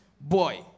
boy